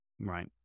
Right